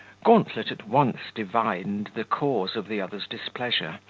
gauntlet at once divined the cause of the other's displeasure,